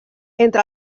entre